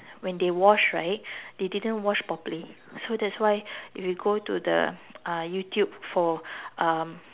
when they wash right they didn't wash properly so that's why if you go to the uh YouTube for um